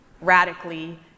radically